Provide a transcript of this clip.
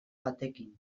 batekin